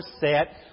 set